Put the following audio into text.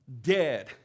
dead